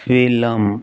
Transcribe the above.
film